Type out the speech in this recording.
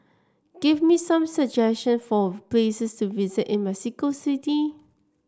give me some suggestions for places to visit in Mexico City